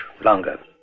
longer